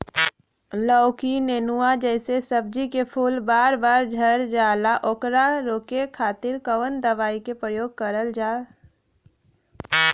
लौकी नेनुआ जैसे सब्जी के फूल बार बार झड़जाला ओकरा रोके खातीर कवन दवाई के प्रयोग करल जा?